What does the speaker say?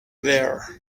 there